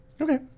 Okay